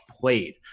played